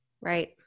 Right